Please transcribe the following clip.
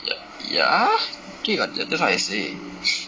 ya ya okay what just now I say